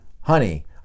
honey